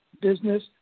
business